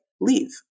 leave